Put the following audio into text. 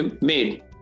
made